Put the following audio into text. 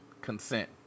consent